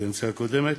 בקדנציה הקודמת,